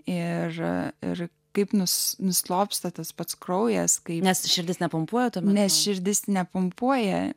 ir ir kaip nus nuslopsta tas pats kraujas kai nes širdis nepumpuoja nes širdis nepumpuoja